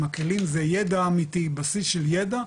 הכלים זה בסיס של ידע אמיתי,